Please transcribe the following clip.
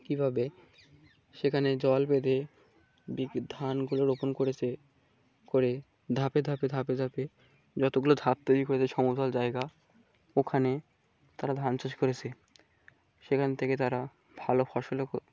কী ভাবে সেখানে জল বেঁধে ধানগুলো রোপণ করেছে করে ধাপে ধাপে ধাপে ধাপে যতগুলো ধাপ তৈরি করেছে সমতল জায়গা ওখানে তারা ধান চাষ করেছে সেখান থেকে তারা ভালো ফসলও